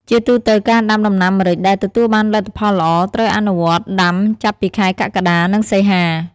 ជាទូទៅការដាំដំណាំម្រេចដែលទទួលបានលទ្ធផលល្អ ត្រូវអនុវត្តដាំចាប់ពីខែកក្កដា និងសីហា។